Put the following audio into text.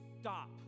stop